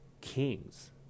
Kings